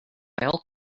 all